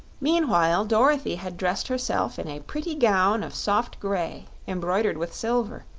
meanwhile, dorothy had dressed herself in a pretty gown of soft grey embroidered with silver,